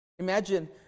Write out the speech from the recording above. Imagine